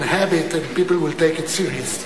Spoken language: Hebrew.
habit and people will take it seriously.